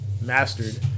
mastered